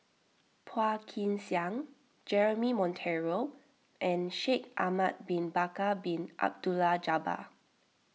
Phua Kin Siang Jeremy Monteiro and Shaikh Ahmad Bin Bakar Bin Abdullah Jabbar